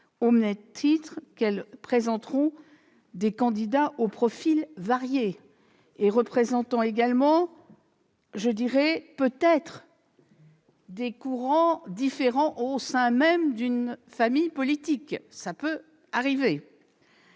au même titre qu'elles présenteront des candidats aux profils variés, qui représenteront même, peut-être, des courants différents au sein même d'une famille politique- cela peut arriver